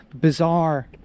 bizarre